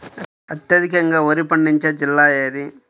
అత్యధికంగా వరి పండించే జిల్లా ఏది?